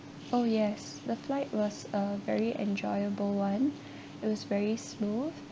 oh yes the flight was a very enjoyable one it was very smooth